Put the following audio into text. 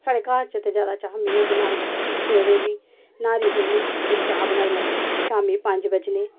साढ़े घर च ते जैदा चा मी गै बनान्नी सवेरे बी न्हारी बनी गेई ते चाह् बनाई लैनी शामी पंज बज्जने